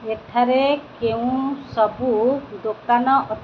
ଏଠାରେ କେଉଁ ସବୁ ଦୋକାନ ଅଛି